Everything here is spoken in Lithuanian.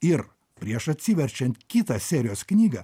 ir prieš atsiverčiant kitą serijos knygą